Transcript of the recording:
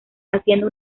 haciendo